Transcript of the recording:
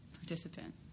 participant